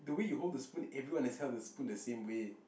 the way you hold the spoon everyone has held the spoon the same way